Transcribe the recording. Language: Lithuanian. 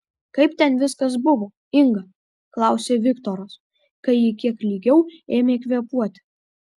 kaip ten viskas buvo inga klausė viktoras kai ji kiek lygiau ėmė kvėpuoti